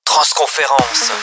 Transconférence